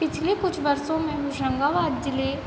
पिछले कुछ वर्षों में होशंगाबाद जिले